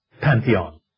pantheon